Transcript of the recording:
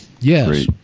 Yes